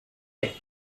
pit